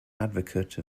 advocate